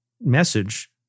message